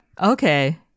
Okay